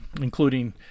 including